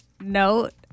note